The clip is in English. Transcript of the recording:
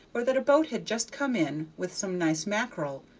or that a boat had just come in with some nice mackerel,